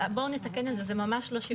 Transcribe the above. בואו נתקן את זה, זה ממש לא 70 רשויות שלא פנו.